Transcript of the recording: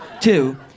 Two